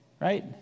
Right